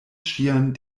ŝian